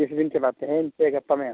ᱛᱤᱥ ᱵᱤᱱ ᱪᱟᱞᱟᱜᱼᱟ ᱛᱮᱦᱮᱧ ᱥᱮ ᱜᱟᱯᱟ ᱢᱮᱭᱟᱝ